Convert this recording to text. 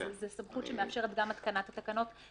זה לא מותנה בתקנות.